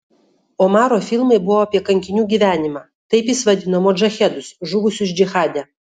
omaro filmai buvo apie kankinių gyvenimą taip jis vadino modžahedus žuvusius džihade